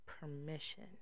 permission